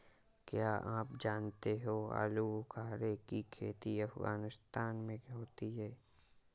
क्या आप जानते हो आलूबुखारे की खेती अफगानिस्तान में होती है